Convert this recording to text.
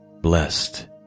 blessed